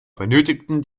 benötigten